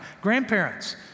Grandparents